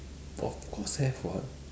of course have [what]